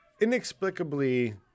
inexplicably